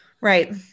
Right